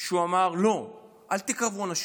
שהוא אמר: לא, אל תקרבו אנשים,